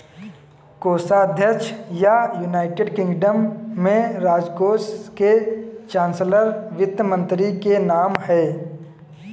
कोषाध्यक्ष या, United Kingdom में, राजकोष के चांसलर वित्त मंत्री के नाम है